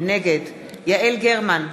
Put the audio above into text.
נגד יעל גרמן,